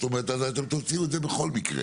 אז אתם תוציאו את זה בכול מקרה.